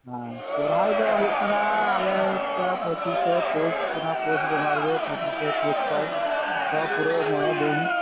ᱥᱚᱦᱚᱨᱟᱭ ᱫᱚ ᱦᱩᱭᱩᱜ ᱠᱟᱱᱟ ᱟᱞᱮ ᱯᱚᱪᱤᱥᱮ ᱯᱳᱥ ᱠᱟᱱᱟ ᱯᱳᱥ ᱵᱚᱸᱜᱟ ᱨᱮᱜᱮ ᱯᱚᱪᱤᱥᱮ ᱯᱳᱥ ᱫᱚ ᱯᱩᱨᱳ ᱢᱚᱬᱮ ᱫᱤᱱ